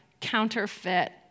counterfeit